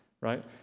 right